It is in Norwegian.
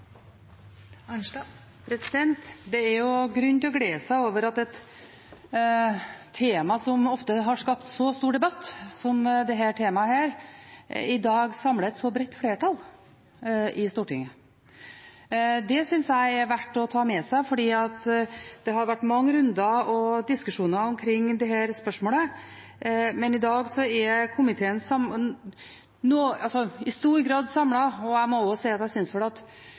grunn til å glede seg over at et tema som ofte har skapt så stor debatt som dette temaet, i dag samler et så bredt flertall i Stortinget. Det synes jeg er verdt å ta med seg, for det har vært mange runder og diskusjoner omkring dette spørsmålet, men i dag er komiteen i stor grad samlet. Jeg synes vel også at de forskjellene som er mellom flertallet og Arbeiderpartiet, heller ikke er store forskjeller. Vi er alle enige om én grunnleggende ting, nemlig at